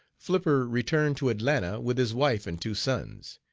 flipper returned to atlanta with his wife and two sons,